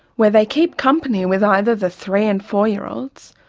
where they keep company with either the three and four-year-olds,